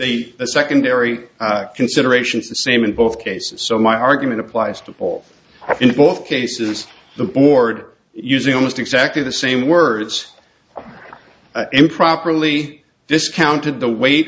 the secondary consideration is the same in both cases so my argument applies to all in both cases the board using almost exactly the same words improperly discounted the weight